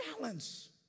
balance